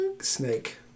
Snake